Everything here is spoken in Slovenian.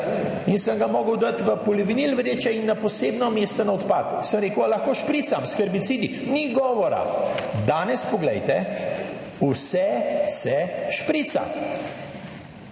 in sem ga mogel dati v polivinil vreče in na posebno mesto na odpad. Sem rekel, ali lahko špricam s herbicidi? Ni govora. Danes poglejte, vse se šprica.